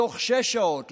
בתוך שש שעות,